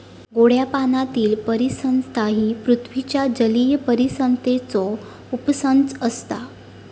गोड्या पाण्यातीली परिसंस्था ही पृथ्वीच्या जलीय परिसंस्थेचो उपसंच असता